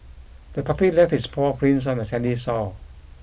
the puppy left its paw prints on the sandy sore